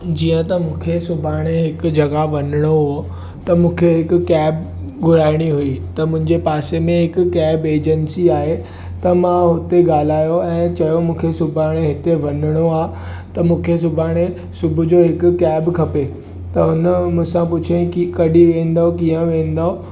जीअं त मूंखे सुभाणे हिकु जॻह वञिणो हो त मूंखे हिकु कैब घुराइणी हुई त मुंहिंजे पासे में हिकु कैब एजेंसी आहे त मां हुते ॻाल्हायो ऐं चयो मूंखे सुभाणे हिते वञिणो आहे त मूंखे सुभाणे सुबुह जो हिकु कैब खपे त हुन मूं सां पुछियाईं की कॾहिं वेंदौ कीअं वेंदौ